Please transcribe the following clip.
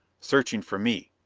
searching for me!